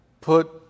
put